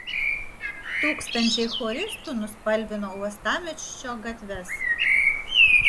tūkstančiai choristų nuspalvino uostamiesčio gatves